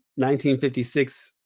1956